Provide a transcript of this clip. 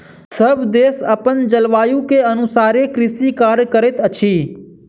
सभ देश अपन जलवायु के अनुसारे कृषि कार्य करैत अछि